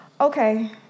okay